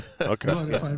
Okay